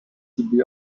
debut